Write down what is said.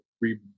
re